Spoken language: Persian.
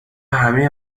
همه